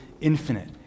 infinite